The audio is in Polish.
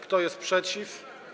Kto jest przeciw?